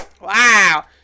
Wow